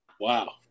Wow